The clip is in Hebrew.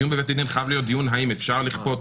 הדיון בבית הדין חייב להיות דיון אם אפשר לכפות,